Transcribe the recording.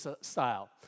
style